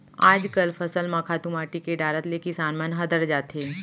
आजकल फसल म खातू माटी के डारत ले किसान मन हदर जाथें